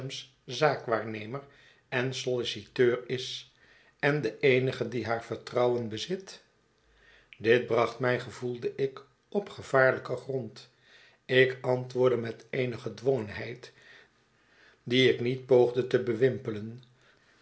zaakwaarnemer en solliciteur is en de eenige die haar vertrouwen bezit dit bracht mij gevoelde ik op gevaarlijken grond ik antwoordde met eene gedwongenheid die ik niet poogde te